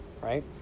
right